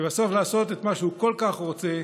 ובסוף לעשות את מה שהוא כל כך רוצה: